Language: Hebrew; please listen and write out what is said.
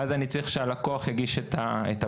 ואז אני צריך שהלקוח יגיש את הפניה,